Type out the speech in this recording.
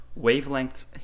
wavelengths